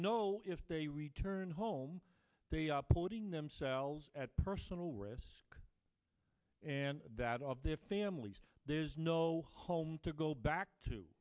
know if they return home putting themselves at personal risk and that of their families there's no home to go back to